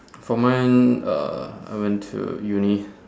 for mine uh I went to uni